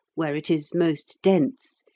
where it is most dense,